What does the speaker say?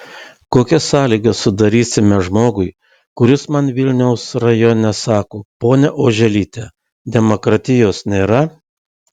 kokias sąlygas sudarysime žmogui kuris man vilniaus rajone sako ponia oželyte demokratijos nėra